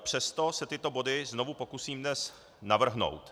Přesto se tyto body znovu pokusím dnes navrhnout.